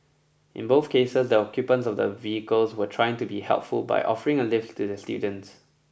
in both cases the occupants of the vehicles were trying to be helpful by offering a lift to the students